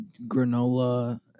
Granola